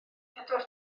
pedwar